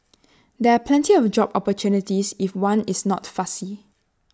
there are plenty of job opportunities if one is not fussy